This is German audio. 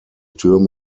türme